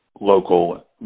local